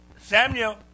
Samuel